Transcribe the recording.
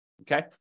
okay